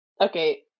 okay